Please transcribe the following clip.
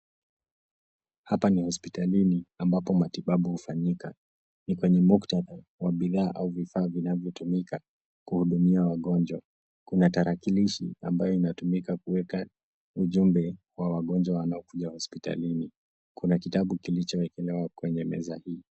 Hapa ni hospitalini ambapo matibabu hufanyika. Ni kwenye mukhtada wa bidhaa au vifaa vinavyotumika kuhudumia wagonjwa. Kuna tarakilishi ambayo inatumika kuweka ujumbe wa wagonjwa wanaokuja hospitalini. Kuna kitabu kilichowekelewa kwenye meza hii.